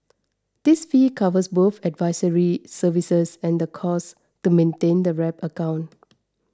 this fee covers both advisory services and the costs to maintain the wrap account